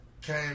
came